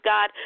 God